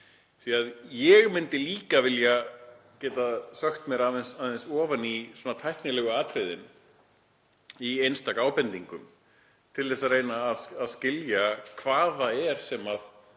Ég myndi líka vilja geta sökkt mér aðeins ofan í tæknilegu atriðin í einstaka ábendingum til að reyna að skilja af hverju